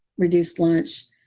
reduced lunch.